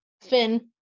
Finn